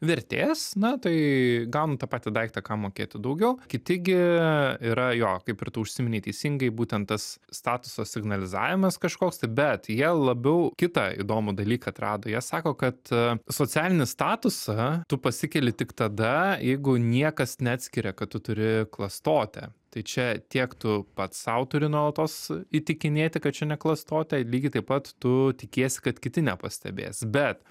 vertės na tai gauna tą patį daiktą kam mokėti daugiau kiti gi yra jo kaip ir tu užsiminei teisingai būtent tas statusas signalizavimas kažkoks tai bet jie labiau kitą įdomų dalyką atrado jie sako kad socialinį statusą tu pasikeli tik tada jeigu niekas neatskiria kad tu turi klastotę tai čia tiek tu pats sau turi nuolatos įtikinėti kad čia ne klastotė lygiai taip pat tu tikiesi kad kiti nepastebės bet